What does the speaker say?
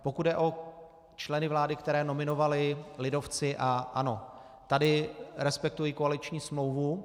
Pokud jde o členy vlády, které nominovali lidovci a ANO, tady respektuji koaliční smlouvu.